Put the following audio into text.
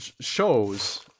shows